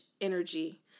energy